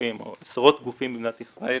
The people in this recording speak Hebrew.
גופים או עשרות גופים במדינת ישראל,